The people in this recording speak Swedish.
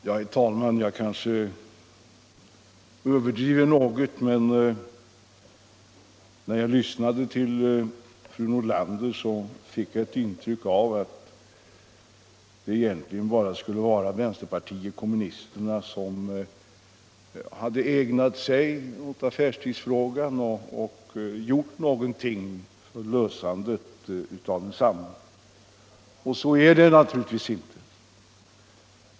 Herr talman! Kanske jag nu överdriver något, men när jag lyssnade på fru Nordlander fick jag ett intryck av att det egentligen bara skulle vara vänsterpartiet kommunisterna som ägnat sig åt affärstidsfrågan och gjort något för att lösa den. Så är det naturligtvis inte.